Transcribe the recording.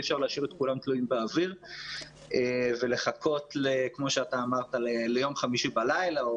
אי אפשר להשאיר את כולם תלויים באוויר ולחכות ליום חמישי בלילה.